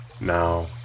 Now